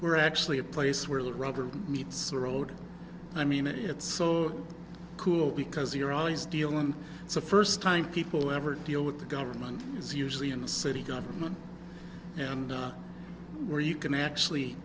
we're actually a place where the rubber meets the road i mean it's so cool because you're always deal and it's a first time people ever deal with the government is usually in the city government and where you can actually